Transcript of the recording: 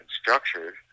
structured